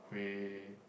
we